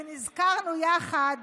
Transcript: ונזכרנו יחד